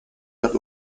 per